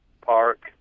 Park